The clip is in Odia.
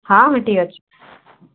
ହଁ ହଁ ଠିକ୍ ଅଛି